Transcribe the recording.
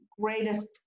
greatest